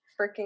freaking